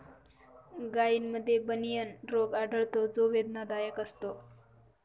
गायींमध्ये बनियन रोग आढळतो जो वेदनादायक असतो